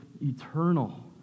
eternal